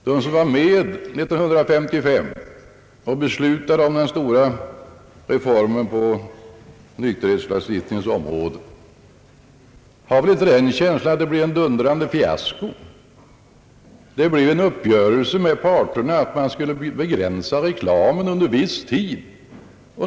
De som var med 1955 och beslutade om den stora reformen på nykterhetslagstiftningens område har väl alls inte känslan, att det blev ett dundrande fiasko. Det blev en uppgörelse med parterna om att begränsa reklamen under viss tid.